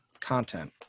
content